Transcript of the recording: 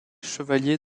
chevaliers